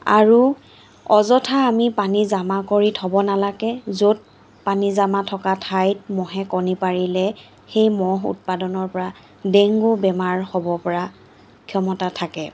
আৰু অযথা আমি পানী জমা কৰি থ'ব নেলাগে য'ত পানী জমা থকা ঠাইত মহে কণী পাৰিলে সেই মহ উৎপাদনৰ পৰা ডেংগু বেমাৰ হ'ব পৰা ক্ষমতা থাকে